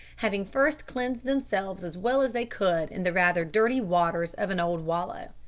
having first cleansed themselves as well as they could in the rather dirty waters of an old wallow.